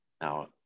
Now